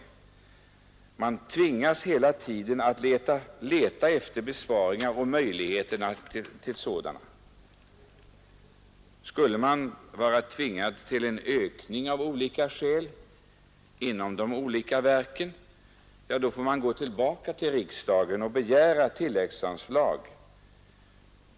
Verken tvingas hela tiden att leta efter möjligheter till besparingar. Skulle de av olika skäl vara tvingade till en ökning, får de gå tillbaka till departementet och till riksdagen och begära tilläggsanslag.